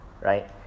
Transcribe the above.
Right